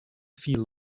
feel